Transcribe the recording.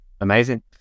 amazing